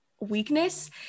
weakness